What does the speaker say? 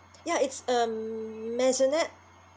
ya it's um maisonette